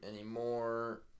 anymore